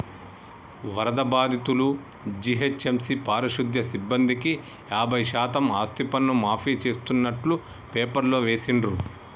వరద బాధితులు, జీహెచ్ఎంసీ పారిశుధ్య సిబ్బందికి యాభై శాతం ఆస్తిపన్ను మాఫీ చేస్తున్నట్టు పేపర్లో వేసిండ్రు